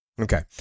okay